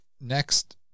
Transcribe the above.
next